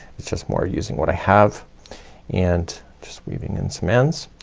it's just more using what i have and just weaving in some ends.